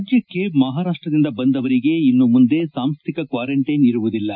ರಾಜ್ಯಕ್ಷೆ ಮಹಾರಾಷ್ಷದಿಂದ ಬಂದವರಿಗೆ ಇನ್ನು ಮುಂದೆ ಸಾಂಸ್ಥಿಕ ಕ್ವಾರಂಟ್ಟೆನ್ ಇರುವುದಿಲ್ಲ